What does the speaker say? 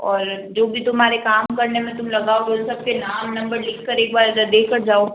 और जो भी तुम्हारे काम करने में तुम लगाओगे उन सब के नाम नंबर लिखकर एक बार अगर दे कर जाओ